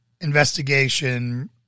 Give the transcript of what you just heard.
investigation